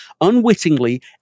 unwittingly